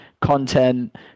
content